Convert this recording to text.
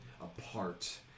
apart